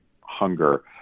Hunger